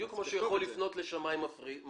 בדיוק כמו שהוא יכול לפנות לשמאי מכריע.